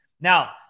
Now